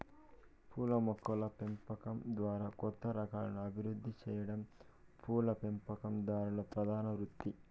పూల మొక్కల పెంపకం ద్వారా కొత్త రకాలను అభివృద్ది సెయ్యటం పూల పెంపకందారుల ప్రధాన వృత్తి